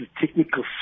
technical